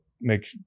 make